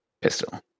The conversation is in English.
pistol